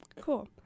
Cool